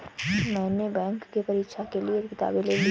मैने बैंक के परीक्षा के लिऐ किताबें ले ली हैं